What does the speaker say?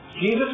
Jesus